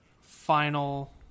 final